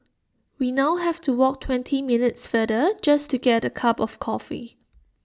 we now have to walk twenty minutes farther just to get A cup of coffee